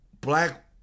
black